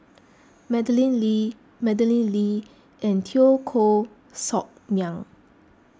Madeleine Lee Madeleine Lee and Teo Koh Sock Miang